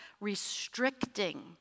restricting